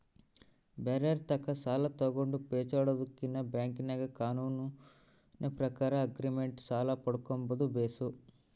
ಬ್ಯಾರೆರ್ ತಾಕ ಸಾಲ ತಗಂಡು ಪೇಚಾಡದಕಿನ್ನ ಬ್ಯಾಂಕಿನಾಗ ಕಾನೂನಿನ ಪ್ರಕಾರ ಆಗ್ರಿಮೆಂಟ್ ಸಾಲ ಪಡ್ಕಂಬದು ಬೇಸು